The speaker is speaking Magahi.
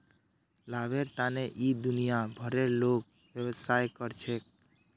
लाभेर तने इ दुनिया भरेर लोग व्यवसाय कर छेक